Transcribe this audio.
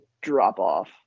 drop-off